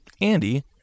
andy